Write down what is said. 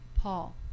Paul